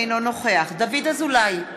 אינו נוכח דוד אזולאי,